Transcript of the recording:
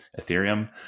Ethereum